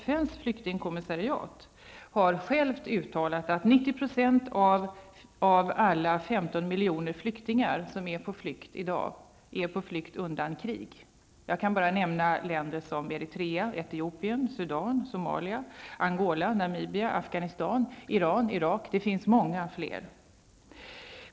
FNs flyktingkommissariat har självt uttalat att 90 % av alla de 15 miljoner människor som i dag är på flykt, är på flykt undan krig. Jag kan nämna länder som Namibia, Afghanistan, Iran, Irak och många fler.